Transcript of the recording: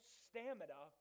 stamina